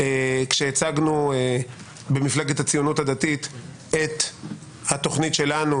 כשהצגנו במפלגת הציונות הדתית את התוכנית שלנו,